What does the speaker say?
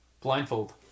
Blindfold